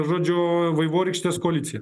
žodžiu vaivorykštės koalicija